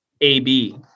AB